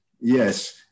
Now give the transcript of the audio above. Yes